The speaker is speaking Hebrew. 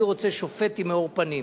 אני רוצה שופט עם מאור פנים,